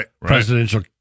presidential